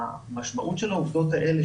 המשמעות של העובדות האלה,